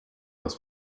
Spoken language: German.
aus